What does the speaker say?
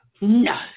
No